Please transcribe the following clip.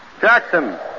Jackson